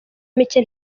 mike